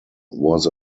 was